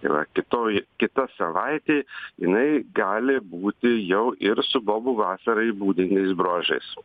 tai va kitoj kita savaitė jinai gali būti jau ir su bobų vasarai būdingais bruožais